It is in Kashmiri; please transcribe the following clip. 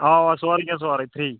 اوا اوا سورُے کینٛہہ سورُے فری